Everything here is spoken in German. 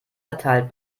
verteilt